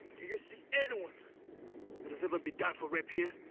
you see anyone that has ever been done for rape here?